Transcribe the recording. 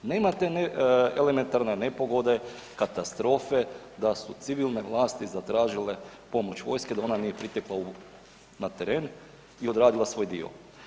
Nemate elementarne nepogode, katastrofe da su civilne vlasti zatražile pomoć vojske, da ona nije pritekla na teren i odradila svoj dio.